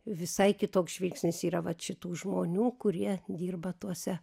visai kitoks žvilgsnis yra vat šitų žmonių kurie dirba tuose